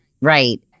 right